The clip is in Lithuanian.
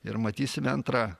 ir matysime antrą